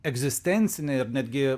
egzistencinį ir netgi